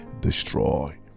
destroy